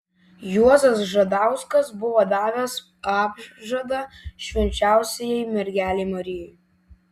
juozas žadauskas buvo davęs apžadą švenčiausiajai mergelei marijai